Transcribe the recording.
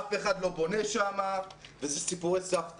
אף אחד לא בונה שם וזה סיפורי סבתא.